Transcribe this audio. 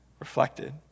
reflected